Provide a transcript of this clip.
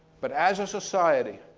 but as a society,